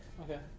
okay